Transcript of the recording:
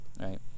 right